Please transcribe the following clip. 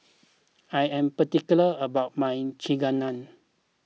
I am particular about my Chigenabe